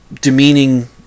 demeaning